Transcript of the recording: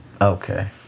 Okay